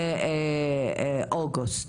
אוגוסט.